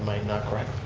um i not correct?